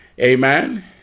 Amen